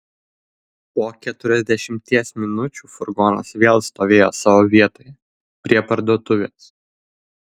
po keturiasdešimties minučių furgonas vėl stovėjo savo vietoje prie parduotuvės